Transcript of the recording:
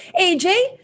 AJ